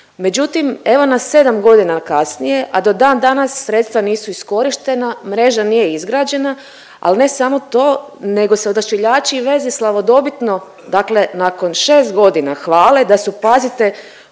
Međutim, evo nas 7 godina kasnije, a do dandanas sredstva nisu iskorištena, mreža nije izgrađena, ali ne samo to nego se odašiljači i veze slavodobitno dakle nakon 6 godina hvale, da su, pazite,